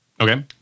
Okay